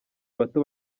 bato